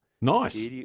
Nice